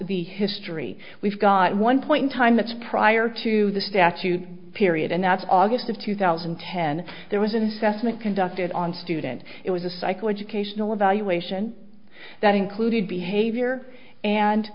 the history we've got one point in time that's prior to the statute period and that's august of two thousand and ten there was an assessment conducted on student it was a psycho educational evaluation that included behavior and